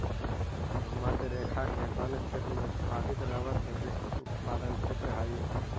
भूमध्य रेखा के वन क्षेत्र में उत्पादित रबर के विस्तृत उत्पादन क्षेत्र हइ